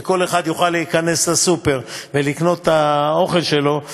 וכל אחד יוכל להיכנס לסופר ולקנות את האוכל שלו,